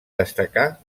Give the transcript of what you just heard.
destacà